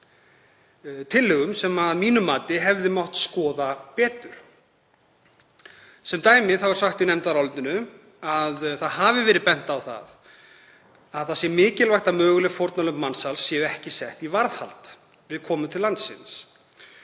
tillögum sem að mínu mati hefði mátt skoða betur. Sem dæmi er sagt í nefndarálitinu að bent hafi verið á að mikilvægt sé að möguleg fórnarlömb mansals séu ekki sett í varðhald við komu til landsins.